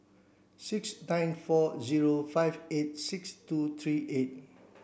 six nine four zero five eight six two three eight